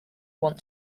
want